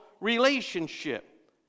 relationship